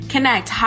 Connect